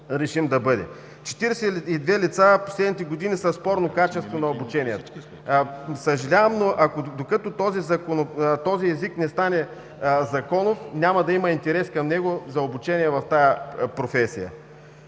и две лица в последните години са със спорно качество на обучение. Съжалявам, но докато този език не стане законов, няма да има интерес към него за обучение в тази професия.